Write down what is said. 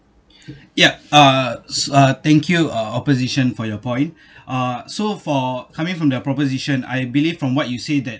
yup uh s~ uh thank you uh opposition for your point uh so for coming from the proposition I believe from what you say that